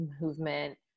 movement